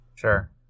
Sure